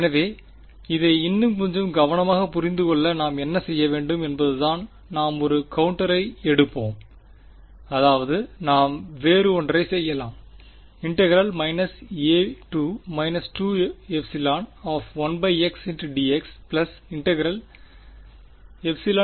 எனவே இதை இன்னும் கொஞ்சம் கவனமாக புரிந்து கொள்ள நாம் என்ன செய்ய முடியும் என்பதுதான் நாம் ஒரு கவுண்டரை எடுப்போம் அதாவது நாம் வேறு ஒன்றை செய்யலாம் a 21xdx b1xdx